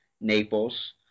Naples